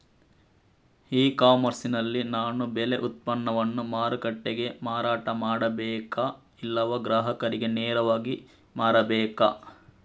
E commerce ನಲ್ಲಿ ನಾನು ಬೆಳೆ ಉತ್ಪನ್ನವನ್ನು ಮಾರುಕಟ್ಟೆಗೆ ಮಾರಾಟ ಮಾಡಬೇಕಾ ಇಲ್ಲವಾ ಗ್ರಾಹಕರಿಗೆ ನೇರವಾಗಿ ಮಾರಬೇಕಾ?